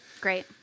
Great